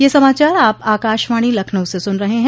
ब्रे क यह समाचार आप आकाशवाणी लखनऊ से सुन रहे हैं